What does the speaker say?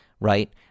right